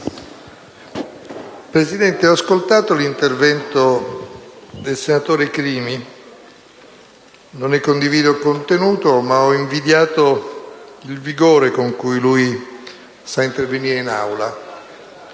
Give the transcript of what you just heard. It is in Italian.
Presidente, ho ascoltato l'intervento del senatore Crimi: non ne condivido il contenuto, ma ho invidiato il vigore con cui lui sa intervenire in Aula.